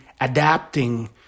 adapting